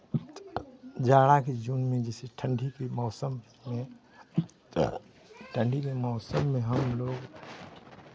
जाड़ा के जून में जैसे ठंडी के मौसम में ठंडी के मौसम में हमलोग